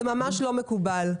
זה ממש לא מקובל.